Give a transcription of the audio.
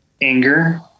anger